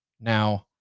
Now